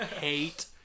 hate